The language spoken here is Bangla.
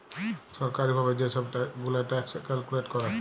ছরকারি ভাবে যে ছব গুলা ট্যাক্স ক্যালকুলেট ক্যরে